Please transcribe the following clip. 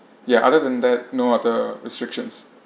ya other than that no other restrictions